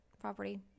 property